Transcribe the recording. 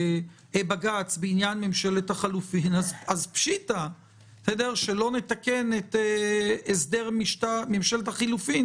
בעניין ממשלת חילופים אז פשיטא שלא נתקן את הסדר ממשלת החילופים